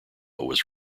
was